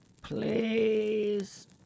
please